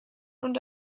und